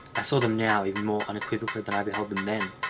i saw them now even more unequivocally than i beheld them then.